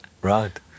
right